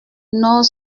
nort